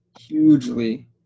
hugely